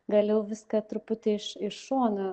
galėjau viską truputį iš šono